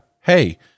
Hey